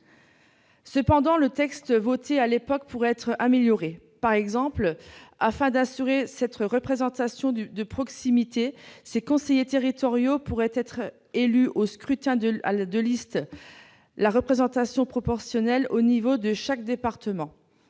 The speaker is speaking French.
Cependant, le texte voté à l'époque pourrait être amélioré. Par exemple, afin d'assurer une meilleure représentation de proximité, ces conseillers territoriaux pourraient être élus au scrutin de liste à la représentation proportionnelle au niveau de chaque département.